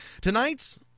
Tonight's